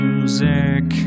Music